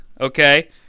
okay